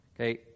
okay